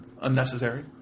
unnecessary